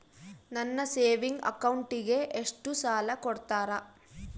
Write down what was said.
ನನ್ನ ಸೇವಿಂಗ್ ಅಕೌಂಟಿಗೆ ಎಷ್ಟು ಸಾಲ ಕೊಡ್ತಾರ?